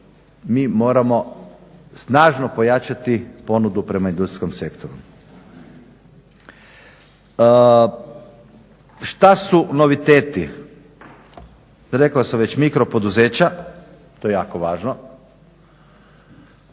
Mi moramo snažno pojačati ponudu prema industrijskom sektoru. Šta su noviteti? Rekao sam već mikropoduzeća, to je jako važno.